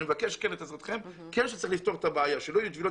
אני מבקש את עזרתכם כדי לפתור את הבעיה כך שלא יהיו טבילות